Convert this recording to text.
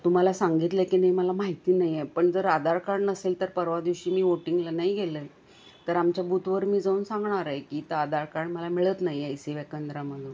तुम्हाला सांगितलं की नाही मला माहिती नाहीये पण जर आधार कार्ड नसेल तर परवा दिवशी मी वोटिंगला नाही गेलं तर आमच्या बूथवर मी जाऊन सांगणार आहे की त आधार कार्ड मला मिळत नाहीये एय सी वाय केंद्रा मधुन